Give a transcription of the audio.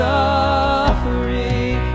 Suffering